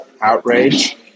outrage